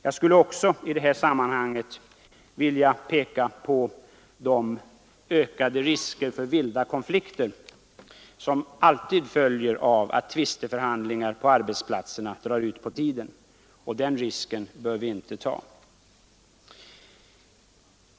Jag skulle i detta sammanhang också vilja peka på de ökade risker för vilda konflikter som alltid följer av att tvisteförhandlingar på arbetsplatserna drar ut på tiden. De riskerna bör vi inte ta.